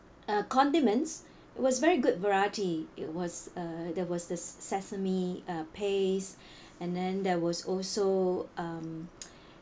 uh condiments it was very good variety it was uh there was this sesame uh paste and then there was also um